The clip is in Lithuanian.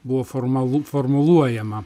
buvo formalu formuluojama